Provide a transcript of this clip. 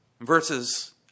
Verses